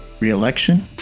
re-election